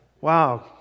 Wow